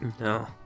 No